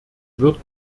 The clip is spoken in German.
wird